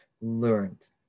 learned